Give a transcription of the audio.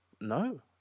no